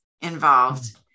involved